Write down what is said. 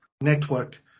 Network